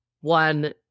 one